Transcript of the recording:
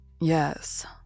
Yes